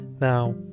Now